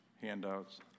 handouts